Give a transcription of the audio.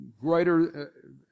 greater